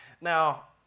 Now